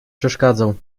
przeszkadzał